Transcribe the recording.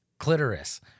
clitoris